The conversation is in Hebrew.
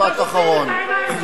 משפט אחרון.